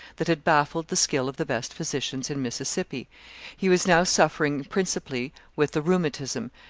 that had baffled the skill of the best physicians in mississippi he was now suffering principally with the rheumatism,